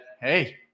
hey